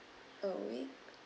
oh we